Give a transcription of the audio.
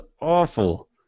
awful